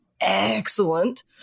excellent